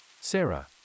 Sarah